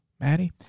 Maddie